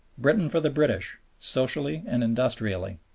britain for the british, socially and industrially.